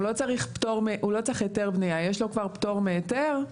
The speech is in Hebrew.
הוא לא צריך היתר בנייה; יש לו כבר פטור מהיתר.